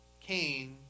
Cain